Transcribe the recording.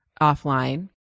offline